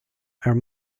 are